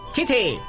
Kitty